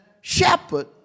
shepherd